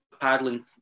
paddling